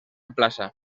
plaça